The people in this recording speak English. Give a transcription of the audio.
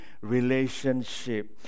relationship